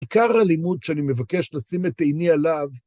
עיקר הלימוד שאני מבקש לשים את עיני עליו